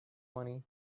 money